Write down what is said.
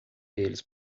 eles